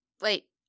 wait